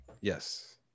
Yes